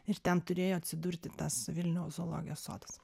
ir ten turėjo atsidurti tas vilniaus zoologijos sodas